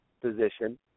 position